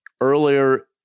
earlier